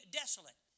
desolate